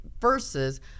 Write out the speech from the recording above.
Versus